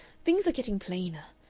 things are getting plainer.